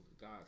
God